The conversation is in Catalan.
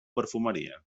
perfumeria